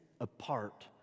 apart